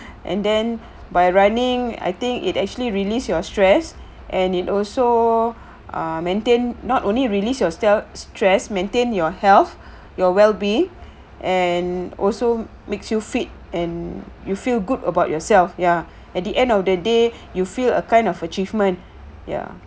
and then by running I think it actually release your stress and it also ah maintained not only released yourself stress maintain your health your well being and also makes you fit and you feel good about yourself ya at the end of the day you feel a kind of achievement ya